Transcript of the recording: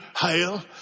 hail